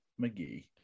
McGee